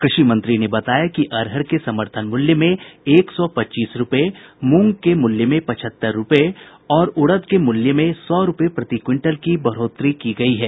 कृषि मंत्री ने बताया कि अरहर के समर्थन मूल्य में एक सौ पच्चीस रुपये मूंग के मूल्य में पचहत्तर रुपये और उड़द के मूल्य में सौ रुपये प्रति क्विंटल की बढ़ोतरी की गई है